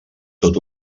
tot